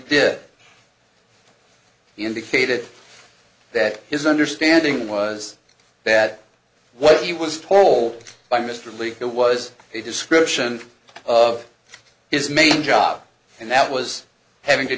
he indicated that his understanding was that what he was told by mr lee it was a description of his main job and that was having to